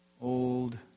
old